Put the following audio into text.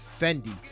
Fendi